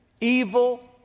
evil